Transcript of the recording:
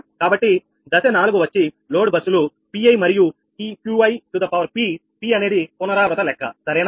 కాబట్టి దశ 4 వచ్చి లోడ్ బస్సులు Pi మరియు Qi𝑝p అనేది పునరావృత లెక్క సరేనా